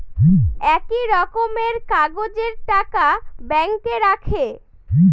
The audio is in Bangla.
একই রকমের কাগজের টাকা ব্যাঙ্কে রাখে